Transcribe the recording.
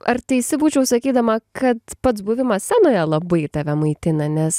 ar teisi būčiau sakydama kad pats buvimas scenoje labai tave maitina nes